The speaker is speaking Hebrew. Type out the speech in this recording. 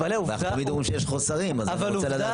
אנחנו תמיד אומרים שיש חוסרים, אז אני רוצה לדעת